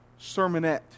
sermonette